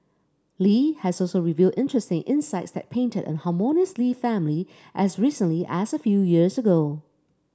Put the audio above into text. Li has also revealed interesting insights that painted a harmonious Lee family as recently as a few years ago